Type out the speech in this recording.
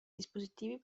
dispositivi